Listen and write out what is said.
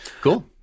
cool